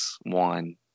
One